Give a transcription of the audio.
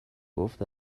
گفت